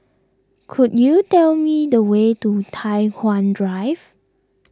could you tell me the way to Tai Hwan Drive